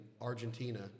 Argentina